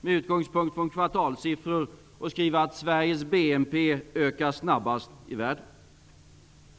med utgångspunkt i kvartalssiffror. Man skriver att Sveriges BNP ökar snabbast i världen.